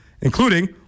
including